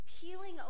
peeling